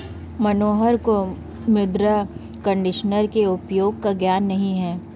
मनोहर को मृदा कंडीशनर के उपयोग का ज्ञान नहीं है